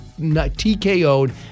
TKO'd